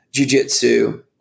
jujitsu